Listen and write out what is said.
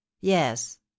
yes